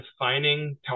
defining